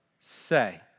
say